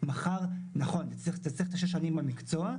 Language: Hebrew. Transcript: ומחר אתה צריך שש שנים במקצוע,